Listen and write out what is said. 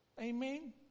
Amen